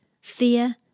Fear